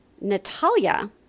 Natalia